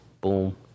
Boom